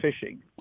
fishing